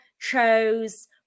chose